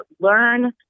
learn